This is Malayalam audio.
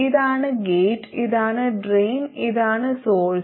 ഇതാണ് ഗേറ്റ് ഇതാണ് ഡ്രെയിൻ ഇതാണ് സോഴ്സ്